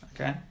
Okay